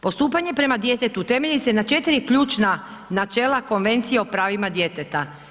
Postupanje prema djetetu temelji se na 4 ključna načela Konvencije o pravima djeteta.